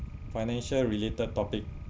financial related topic